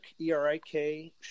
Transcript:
E-R-I-K